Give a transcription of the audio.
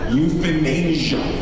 euthanasia